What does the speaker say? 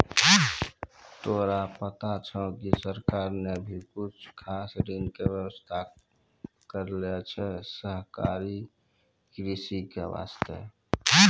तोरा पता छौं कि सरकार नॅ भी कुछ खास ऋण के व्यवस्था करनॅ छै सहकारी कृषि के वास्तॅ